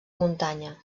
muntanya